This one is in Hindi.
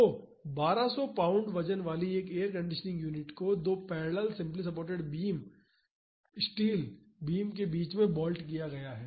तो 1200 पाउंड वजन वाली एक एयर कंडीशनिंग यूनिट को दो parallel simply supported steel beam के बीच में बोल्ट किया गया है